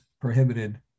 prohibited